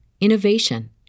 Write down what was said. innovation